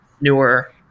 newer